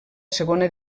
segona